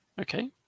Okay